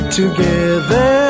together